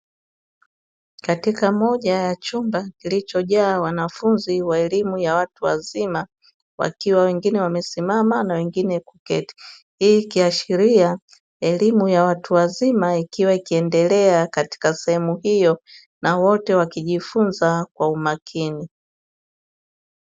Katika moja ya chumba kilichojaa wanafunzi wa elimu ya watu wazima, wakiwa wengine wamesimama na wengine kuketi. Hii ikiashiria elimu ya watu wazima ikiendelea sehemu hiyo na wote wakijifunza kwa umakini.